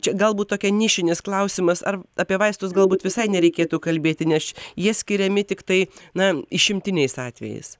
čia galbūt tokia nišinis klausimas ar apie vaistus galbūt visai nereikėtų kalbėti nes jie skiriami tiktai na išimtiniais atvejais